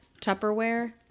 Tupperware